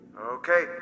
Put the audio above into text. Okay